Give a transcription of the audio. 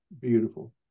beautiful